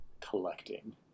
collecting